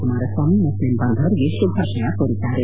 Kumaraswamy Muslim ಬಾಂಧವರಿಗೆ ಶುಭಾಶಯ ಕೋರಿದ್ದಾರೆ